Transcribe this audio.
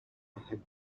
had